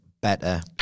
better